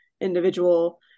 individual